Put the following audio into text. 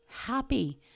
happy